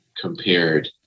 compared